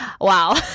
Wow